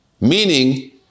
meaning